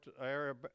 area